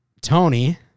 Tony